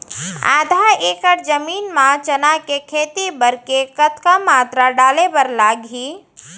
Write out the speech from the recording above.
आधा एकड़ जमीन मा चना के खेती बर के कतका मात्रा डाले बर लागही?